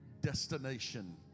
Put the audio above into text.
destination